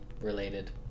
related